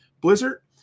blizzard